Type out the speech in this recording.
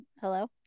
hello